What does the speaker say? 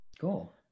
Cool